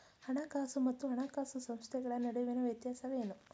ಹಣಕಾಸು ಮತ್ತು ಹಣಕಾಸು ಸಂಸ್ಥೆಗಳ ನಡುವಿನ ವ್ಯತ್ಯಾಸವೇನು?